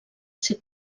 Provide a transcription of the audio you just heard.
ser